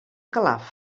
calaf